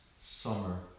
summer